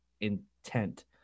intent